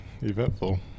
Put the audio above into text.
eventful